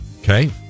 Okay